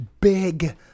big